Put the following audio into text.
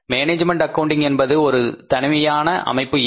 management accounting என்பது ஒரு தனியான அமைப்பு இல்லை